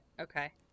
Okay